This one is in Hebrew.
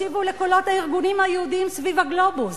תקשיבו לקולות הארגונים היהודיים סביב הגלובוס,